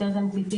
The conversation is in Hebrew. בבקשה.